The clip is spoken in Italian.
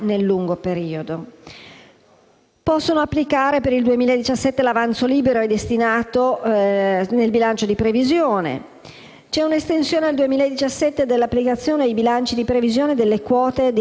c'è un'estensione al 2017 dell'applicazione ai bilanci di previsione delle quote di avanzo di amministrazione risultati dai trasferimenti da parte della Regione una volta che quest'ultima abbia proceduto allo svincolo di tali risorse.